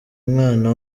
mwana